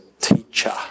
teacher